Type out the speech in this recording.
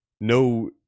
No